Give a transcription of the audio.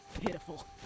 Pitiful